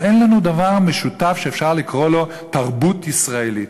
אז אין לנו דבר משותף שאפשר לקרוא לו "תרבות ישראלית".